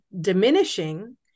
diminishing